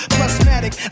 Plasmatic